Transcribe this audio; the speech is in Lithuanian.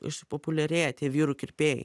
išpopuliarėję tie vyrų kirpėjai